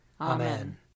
Amen